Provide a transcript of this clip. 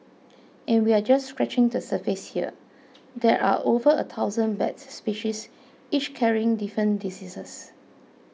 and we're just scratching the surface here there are over a thousand bat species each carrying different diseases